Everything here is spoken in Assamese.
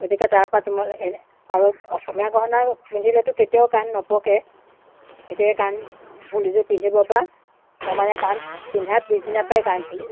গতিকে তাৰপৰা তোমালৈ আৰু অসমীয়া গহণা পিন্ধিলেতো কেতিয়াও কাণ নপকে এতিয়া এই কাণফুলিযোৰ পিন্ধিবৰপৰা মোৰ মানে কাণ পিন্ধাৰ পিছদিনাৰপৰাই কাণ ফুলি